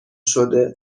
شده